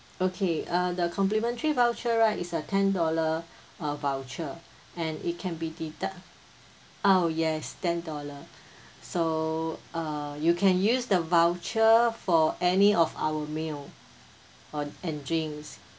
okay uh the complimentary voucher right is a ten dollar uh voucher and it can be deduct oh yes ten dollar so uh you can use the voucher for any of our meal on and drinks